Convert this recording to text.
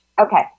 Okay